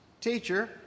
teacher